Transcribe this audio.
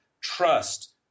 trust